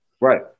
Right